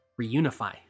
reunify